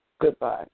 Goodbye